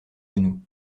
genoux